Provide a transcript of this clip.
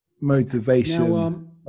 motivation